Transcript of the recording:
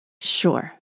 sure